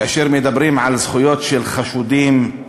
מדברים על זכויות של חשודים,